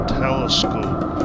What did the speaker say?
telescope